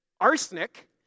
arsenic